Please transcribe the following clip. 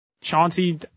Chauncey